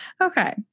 Okay